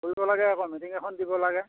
কৰিব লাগে আকৌ মিটিং এখন দিব লাগে